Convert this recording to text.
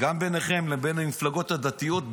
גם ביניכם לבין המפלגות הדתיות,